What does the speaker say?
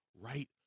right